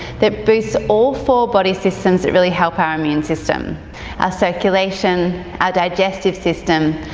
that boosts all four body systems that really help our immune system. our circulation, our digestive system,